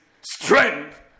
strength